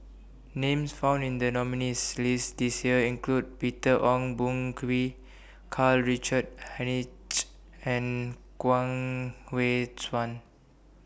Names found in The nominees' list This Year include Peter Ong Boon Kwee Karl Richard Hanitsch and Guang Hui Tsuan